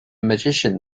magician